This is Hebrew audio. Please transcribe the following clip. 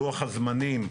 לוח הזמנים,